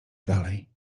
dalej